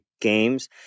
games